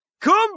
Come